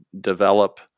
develop